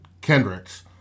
Kendricks